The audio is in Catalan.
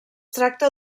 tracta